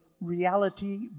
reality